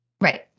Right